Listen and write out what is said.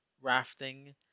rafting